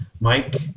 Mike